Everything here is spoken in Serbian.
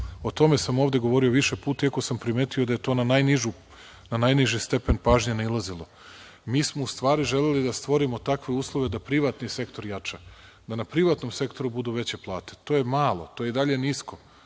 o tome sam ovde govorio više puta, iako sam primetio da je to na najniži stepen pažnje nailazilo. Mi smo u stvari želeli da stvorimo takve uslove da privatni sektor jača, da na privatnom sektoru budu veće plate. To je malo, to je i dalje nisko.